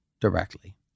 directly